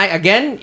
again